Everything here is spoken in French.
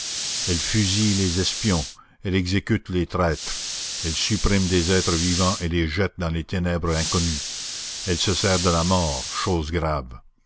elle fusille les espions elle exécute les traîtres elle supprime des êtres vivants et les jette dans les ténèbres inconnues elle se sert de la mort chose grave